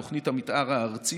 תוכנית המתאר הארצית,